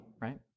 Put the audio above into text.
right